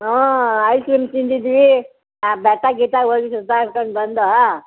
ಹ್ಞೂ ice cream ತಿಂದಿದ್ವಿ ಆ ಬೆಟ್ಟ ಗಿಟ್ಟ ಹೋಗಿ ಸುತ್ತಾಡ್ಕೊಂಡು ಬಂದೋ